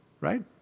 right